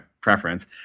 preference